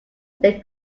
they